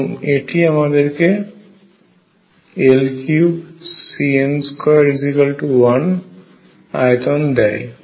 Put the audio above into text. এবং এটি আমাদেরকে L3CN21 আয়তন দেয়